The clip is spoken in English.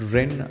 Ren